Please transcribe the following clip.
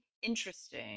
interesting